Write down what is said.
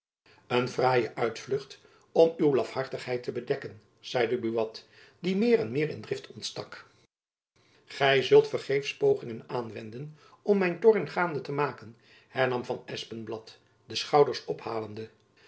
een fraaie uitvlucht om uw lafhartigheid te bedekken zeide buat die meer en meer in drift ontstak gy zult vergeefs pogingen aanwenden om mijn toorn gaande te maken hernam van espenblad de schouders ophalende